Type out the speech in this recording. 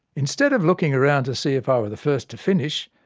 instead of looking around to see if i were the first to finish,